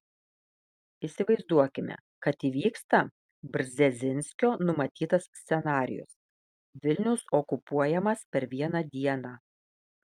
įsivaizduokime kad įvyksta brzezinskio numatytas scenarijus vilnius okupuojamas per vieną dieną